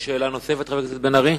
שאלה נוספת, חבר הכנסת בן-ארי?